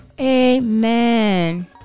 Amen